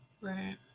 Right